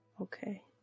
Okay